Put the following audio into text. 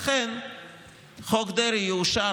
לכן חוק דרעי יאושר,